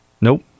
Nope